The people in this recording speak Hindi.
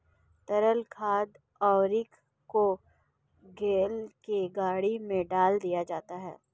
तरल खाद उर्वरक को घोल के गड्ढे में डाल दिया जाता है